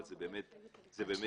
אבל זה באמת שלומיאלי,